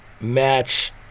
match